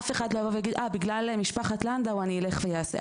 אף אחד לא יבוא ויגיד בגלל משפחת לנדאו אני אלך ואעשה.